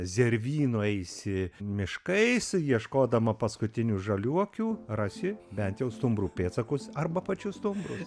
zervynų eisi miškais ieškodama paskutinių žaliuokių rasi bent jau stumbrų pėdsakus arba pačius stumbrus